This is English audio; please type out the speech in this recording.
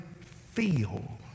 feel